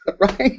Right